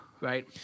right